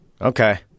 Okay